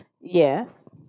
Yes